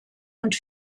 und